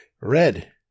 red